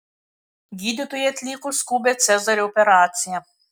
gydytojai atliko skubią cezario operaciją